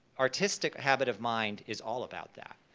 artistic habit of mind is all about that.